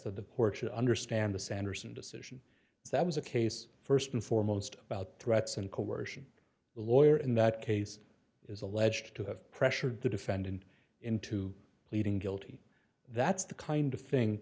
the portrait understand the sanderson decision that was a case st and foremost about threats and coercion the lawyer in that case is alleged to have pressured the defendant into pleading guilty that's the kind of thing